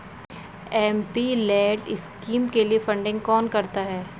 MPLAD scheme के लिए funding कौन करता है?